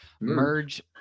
merge